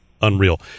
unreal